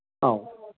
ꯑꯧ